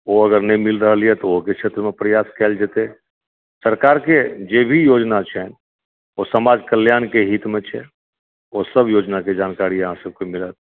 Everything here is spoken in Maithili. ओ अगर नहि मिल रहल यऽ तऽ एहि क्षेत्रमे प्रयास कयल जेतै सरकारके जे भी योजना छनि ओ समाज कल्याणके हितमे छै ओ सभ योजनाके जानकारी अहाँ सभकेँ मिलत